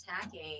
attacking